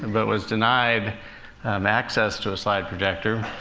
but was denied um access to a slide projector.